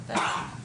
בסדר.